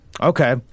Okay